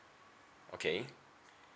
okay